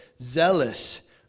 zealous